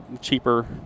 cheaper